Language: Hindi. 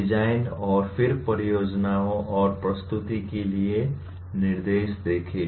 डिजाइन और फिर परियोजनाओं और प्रस्तुतियों के लिए निर्देश देखें